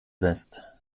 west